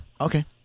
Okay